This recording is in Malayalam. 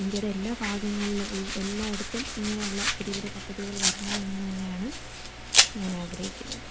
ഇന്ത്യയുടെ എല്ലാ ഭാഗങ്ങളിലും എല്ലായിടത്തും ഇങ്ങനെയുള്ള പുതിയ പുതിയ പദ്ധതികൾ വരണമെന്ന് തന്നെയാണ് ഞാനാഗ്രഹിക്കുന്നത്